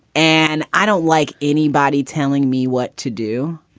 and i don't like anybody telling me what to do.